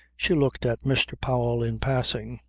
she looked at mr. powell in passing.